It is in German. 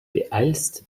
beeilst